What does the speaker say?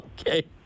okay